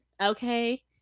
Okay